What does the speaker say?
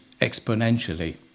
exponentially